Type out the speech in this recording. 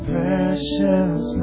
Precious